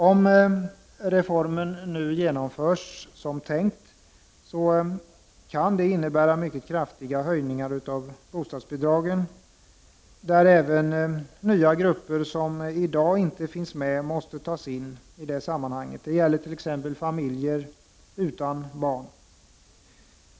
Om nu reformen genomförs som tänkt, kan det innebära mycket kraftiga höjningar av bostadsbidragen och att nya grupper som inte finns med i dag måste tas in i det sammanhanget. Det gäller t.ex. familjer utan barn.